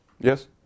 Yes